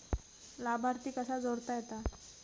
लाभार्थी कसा जोडता येता?